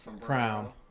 crown